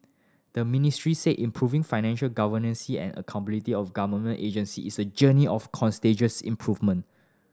the ministry said improving financial governance see and accountability of government agencies is a journey of continuous improvement